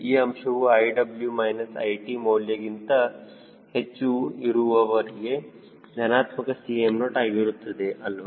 ಈ ಅಂಶವು i w minus i t ಮೌಲ್ಯ 0 ಗಿಂತ ಹೆಚ್ಚು ಇರುವರೆಗೆ ಧನಾತ್ಮಕ Cm0 ಆಗಿರುತ್ತದೆ ಅಲ್ವಾ